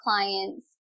clients